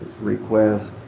request